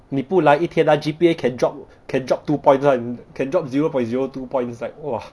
你不来一天 ah G_P_A can drop can drop two points [one] can drop zero point zero two points is like !wah!